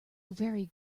very